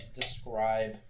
describe